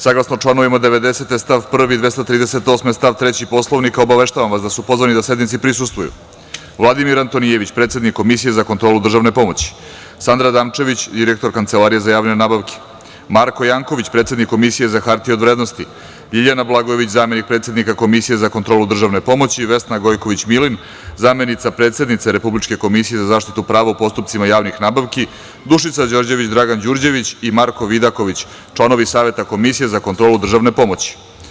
Saglasno članovima 90. stav 1. 238. stav 3. Poslovnika, obaveštavam vas da su pozvani da sednici prisustvuju: Vladimir Antonijević, predsednik Komisije za kontrolu državne pomoći, Sandra Damčević, direktor Kancelarije za javne nabavke, Marko Janković, predsednik Komisije za hartije od vrednosti, Ljiljana Blagojević, zamenik predsednika Komisije za kontrolu državne pomoći, Vesna Gojković Milin, zamenica predsednice Republičke komisije za zaštitu prava u postupcima javnih nabavki, Dušica Đorđević, Dragan Đurđević i Marko Vidaković, članovi Saveta Komisije za kontrolu državne pomoći.